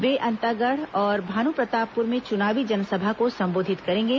वे अंतागढ़ और भानुप्रतापपुर में चुनावी जनसभा को संबोधित करेंगे